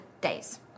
days